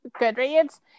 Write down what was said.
Goodreads